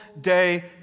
day